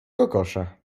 kokosza